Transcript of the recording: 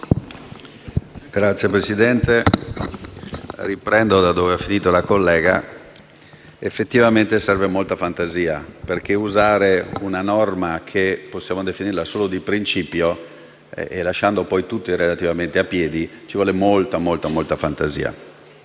Signor Presidente, riprendo da dove ha concluso la collega. Effettivamente serve molta fantasia perché, per usare una norma che possiamo definire solo di principio che lascia poi tutti relativamente a piedi, ci vuole molta, molta fantasia.